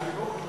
מהחינוך,